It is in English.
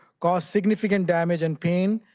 cause significant damage, and pain,